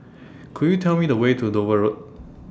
Could YOU Tell Me The Way to Dover Road